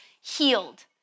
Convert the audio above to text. healed